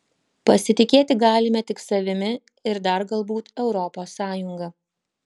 pasitikėti galime tik savimi ir dar galbūt europos sąjunga